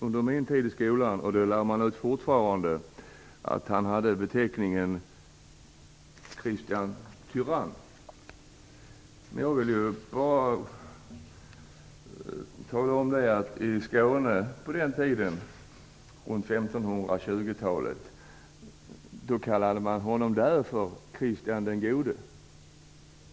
Under min tid i skolan fick jag lära mig att han hade beteckningen Kristian tyrann, och det lär man ut fortfarande. I Skåne på 1520-talet kallade man honom för Kristian den gode.